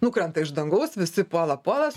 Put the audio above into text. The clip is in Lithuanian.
nukrenta iš dangaus visi puola puola